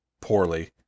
poorly